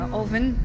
oven